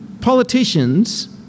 Politicians